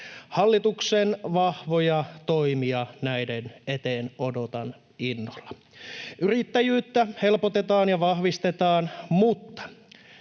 Hallituksen vahvoja toimia näiden eteen odotan innolla. Yrittäjyyttä helpotetaan ja vahvistetaan, mutta